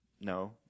No